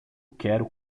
quero